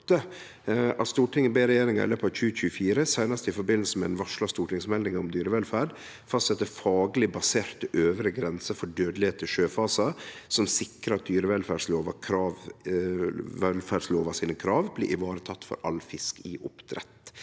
Stortinget ber regjeringa i løpet av 2024, seinast i forbindelse med den varsla stortingsmeldinga om dyrevelferd, fastsetje fagleg baserte øvre grenser for dødelegheit i sjøfasen som sikrar at krava i dyrevelferdslova blir ivaretekne for all fisk i oppdrett.